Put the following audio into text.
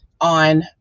on